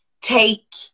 take